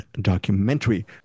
documentary